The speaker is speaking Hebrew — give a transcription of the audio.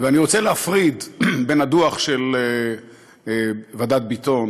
אני רוצה להפריד בין הדוח של ועדת ביטון